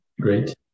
great